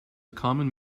common